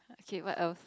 okay what else